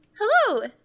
Hello